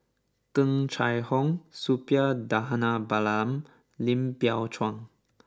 Tung Chye Hong Suppiah Dhanabalan and Lim Biow Chuan